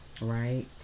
right